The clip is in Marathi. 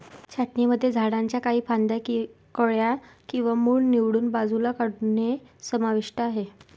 छाटणीमध्ये झाडांच्या काही फांद्या, कळ्या किंवा मूळ निवडून बाजूला काढणे समाविष्ट आहे